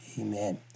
Amen